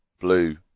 blue